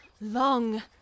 long